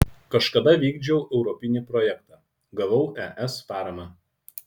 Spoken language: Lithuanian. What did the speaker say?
kažkada vykdžiau europinį projektą gavau es paramą